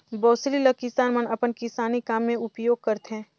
बउसली ल किसान मन अपन किसानी काम मे उपियोग करथे